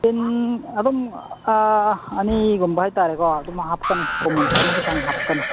ꯇꯤꯟ ꯑꯗꯨꯝ ꯑꯅꯤꯒꯨꯝꯕ ꯍꯥꯏꯇꯥꯔꯦꯀꯣ ꯑꯗꯨꯝ ꯍꯥꯞꯆꯅꯤ ꯐꯧ ꯃꯣꯟꯈꯥꯏ ꯃꯨꯛꯀꯤ ꯆꯥꯡ ꯍꯥꯞꯀꯅꯤ